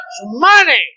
money